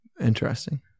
Interesting